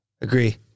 Agree